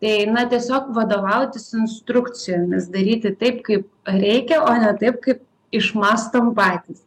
tai na tiesiog vadovautis instrukcijomis daryti taip kaip reikia o ne taip kaip išmąstom patys